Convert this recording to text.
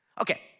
Okay